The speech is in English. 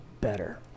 better